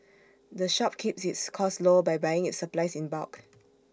the shop keeps its costs low by buying its supplies in bulk